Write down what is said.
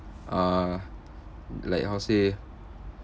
uh like how to say